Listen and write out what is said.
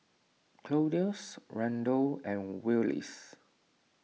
Claudius Randal and Willis